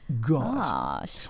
God